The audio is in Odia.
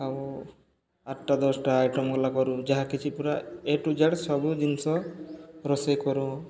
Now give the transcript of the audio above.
ଆଉ ଆଠଟା ଦଶଟା ଆଇଟମ୍ କଲା କରୁ ଯାହା କିଛି ପୁରା ଏ ଟୁ ଜେଡ଼୍ ସବୁ ଜିନିଷ ରୋଷେଇ କରୁ